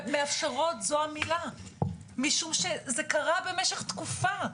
ו"מאפשרות" זו המילה, משום שזה קרה במשך תקופה.